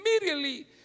immediately